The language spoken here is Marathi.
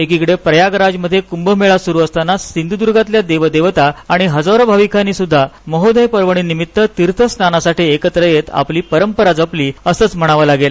एकीकडे प्रयागराजमध्ये कुंभमेळा सुरु असताना सिंधुद्गातल्या देवदेवता आणि हजारो भाविकानी सुद्धा महोदय पर्वणीनिमित्त तीर्थस्नानासाठी एकत्र येत आपली परंपरा जपली असंच म्हणावं लागेल